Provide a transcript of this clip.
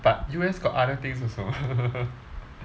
but U_S got other things also